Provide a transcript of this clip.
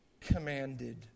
commanded